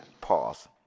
Pause